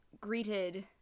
greeted